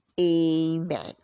amen